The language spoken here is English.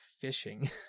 fishing